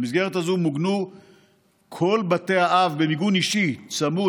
במסגרת הזו מוגנו כל בתי האב במיגון אישי צמוד,